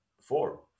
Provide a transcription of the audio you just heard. four